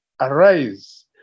arise